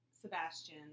Sebastian